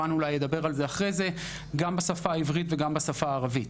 גם בשפה העברית וגם בשפה הערבית.